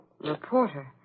reporter